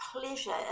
pleasure